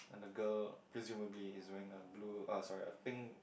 and the girl presumably is wearing a blue uh sorry a pink